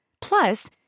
Plus